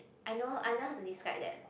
I know I know how to describe that